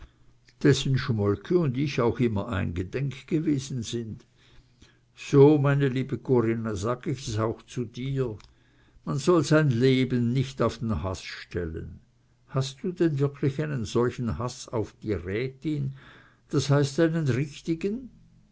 dessen schmolke un ich auch immer eingedenk gewesen sind so meine liebe corinna sag ich es auch zu dir man soll sein leben nich auf den haß stellen hast du denn wirklich einen solchen haß auf die rätin das heißt einen richtigen